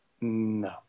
No